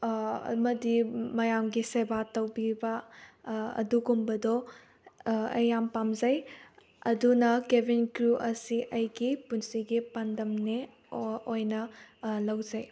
ꯑꯃꯗꯤ ꯃꯌꯥꯝꯒꯤ ꯁꯦꯕꯥ ꯇꯧꯕꯤꯕ ꯑꯗꯨꯒꯨꯝꯕꯗꯣ ꯑꯩ ꯌꯥꯝ ꯄꯥꯝꯖꯩ ꯑꯗꯨꯅ ꯀꯦꯕꯤꯟ ꯀ꯭ꯔꯨ ꯑꯁꯤ ꯑꯩꯒꯤ ꯄꯨꯟꯁꯤꯒꯤ ꯄꯥꯟꯗꯝꯅꯦ ꯑꯣꯏꯅ ꯂꯧꯖꯩ